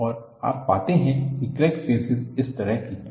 और आप पाते हैं कि क्रैक फ़ेसिस इस तरह के हैं